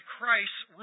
Christ's